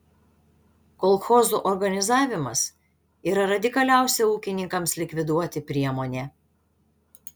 kolchozų organizavimas yra radikaliausia ūkininkams likviduoti priemonė